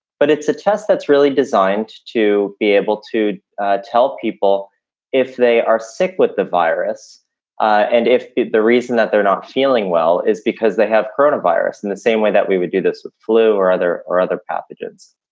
but it's a test that's really designed to be able to tell people if they are sick with the virus and if the reason that they're not feeling well is because they have coronavirus in the same way that we would do this with flu or other or other pathogens.